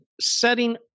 setting